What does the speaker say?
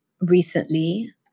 recently